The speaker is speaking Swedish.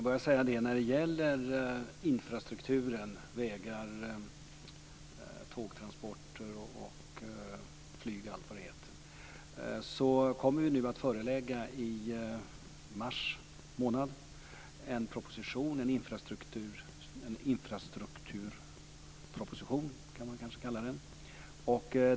Fru talman! När det gäller infrastrukturen, vägar, tågtransporter, flyg osv., kommer vi i mars månad att lägga fram en infrastrukturproposition.